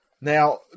Now